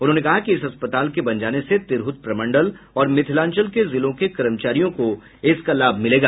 उन्होंने कहा कि इस अस्पताल के बन जाने से तिरहुत प्रमंडल और मिथिलांचल के जिलों के कर्मचारियों को इसका लाभ मिलेगा